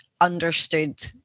understood